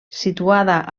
situada